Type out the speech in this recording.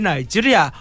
Nigeria